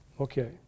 Okay